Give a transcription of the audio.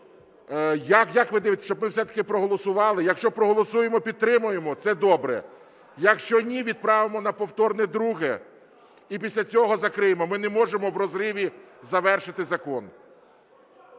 як ви дивитесь, щоб ми все-таки проголосували? Якщо проголосуємо, підтримаємо – це добре, якщо ні – відправимо на повторне друге і після цього закриємо. Ми не можемо в розриві завершити закон.